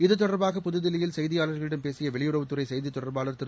இது தொடர்பாக புதுதில்லியில் செய்தியாளர்களிடம் பேசிய வெளியுறவுத் துறை செய்தித் தொடர்பாளர் திரு